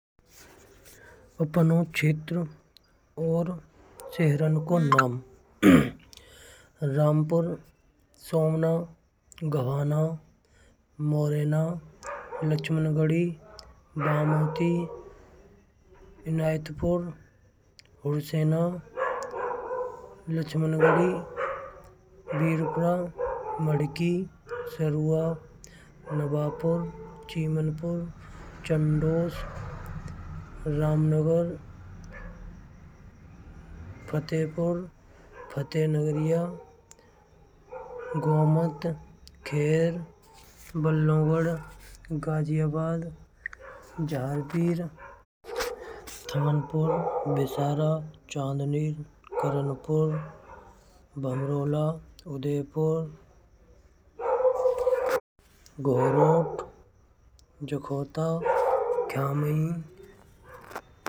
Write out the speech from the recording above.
अपनो क्षेत्र और शहरो के नाम रामपुर, सोमना, घवना, मोहेना, लक्ष्मनगढ़ी, बांभूटी, इनायतपुर, हुरसेना, लक्ष्मनगढ़ी, वीरपुरा। मड़की, सर्व नवापुर, चिमनपुर, चंदोस, रामनगर, फतेहपुर, फतेह नगरीया, गोमट, खेर, बल्लभगढ़, गाज़ियाबाद, जहारवीर। थानपुर, विशारा, चांदनीर, करणपुर, भबरौला उदयपुर, गोहड़ोत, झकोटा खांवी।